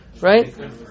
right